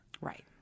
Right